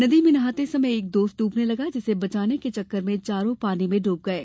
नदी में नहाते समय एक दोस्त डूबने लगा जिसे बचाने के चक्कर में चारो पानी में डूब गये